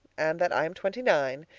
and that i am twenty-nine.